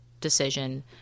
decision